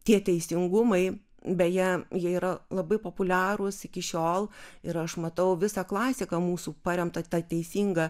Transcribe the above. tie teisingumai beje jie yra labai populiarūs iki šiol ir aš matau visą klasiką mūsų paremtą ta teisinga